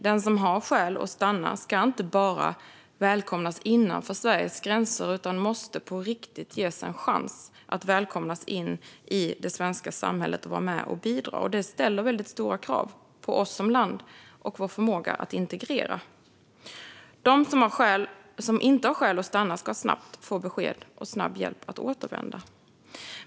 Den som har skäl att stanna ska inte bara välkomnas innanför Sveriges gränser utan måste också på riktigt ges en chans att välkomnas in i det svenska samhället och vara med och bidra. Det ställer väldigt stora krav på oss som land och vår förmåga att integrera. De som inte har skäl att stanna ska snabbt få besked, och de ska få snabb hjälp att återvända.